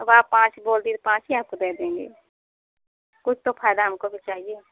अब आप पाँच बोल दीं तो पाँच ही आपको दे देंगे कुछ तो फ़ायदा हमको भी चाहिए